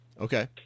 Okay